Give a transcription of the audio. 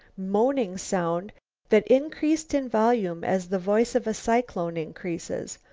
moaning sound that increased in volume as the voice of a cyclone increases.